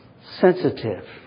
sensitive